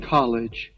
College